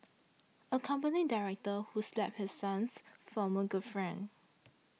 a company director who slapped his son's former girlfriend